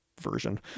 version